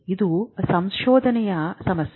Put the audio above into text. ಇದು ಸಂಶೋಧನೆಯ ಸಮಸ್ಯೆ